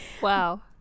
wow